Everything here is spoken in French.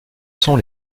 sont